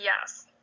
yes